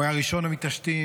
הוא היה ראשון המתעשתים,